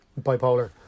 bipolar